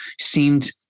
seemed